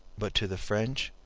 but to the french,